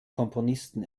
komponisten